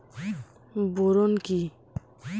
Boron কি?